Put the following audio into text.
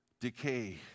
decay